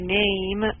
name